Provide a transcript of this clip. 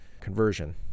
conversion